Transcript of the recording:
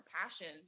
passions